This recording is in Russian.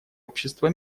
общества